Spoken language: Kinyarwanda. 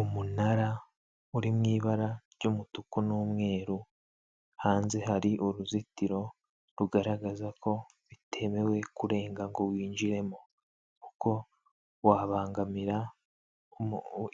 Umunara uri mu ibara ry'umutuku n'umweru hanze hari uruzitiro rugaragaza ko bitemewe kurenga ngo winjiremo uko wabangamira